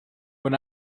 when